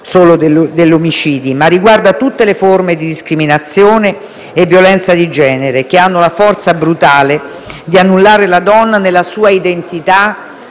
là dell'omicidio e riguarda tutte le forme di discriminazione e violenza di genere che hanno la forza brutale di annullare la donna nella sua identità